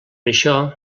això